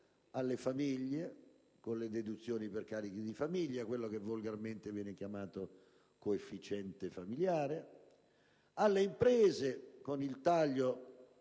alle famiglie, con le deduzioni per carichi di famiglia, quello che volgarmente viene chiamato coefficiente familiare; alle imprese, con il taglio